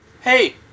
Hey